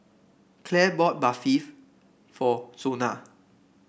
Clare bought Barfi for Zona